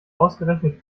ausgerechnet